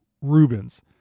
Rubens